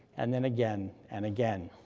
and then again, and again.